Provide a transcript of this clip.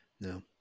No